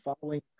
following